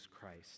Christ